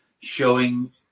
showing